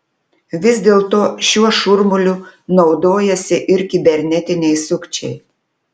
vis dėlto šiuo šurmuliu naudojasi ir kibernetiniai sukčiai